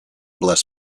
bless